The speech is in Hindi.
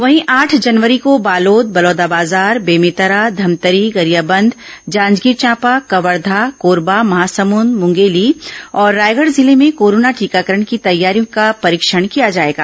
वहीं आठ जनवरी को बालोद बलौदाबाजार बेमेतरा धमतरी गरियाबंद जांजगीर चांपा कवर्धा कोरबा महासमुद मुंगेली और रायगढ़ जिले में कोरोना टीकाकरण की तैयारियों का परीक्षण किया जाएगा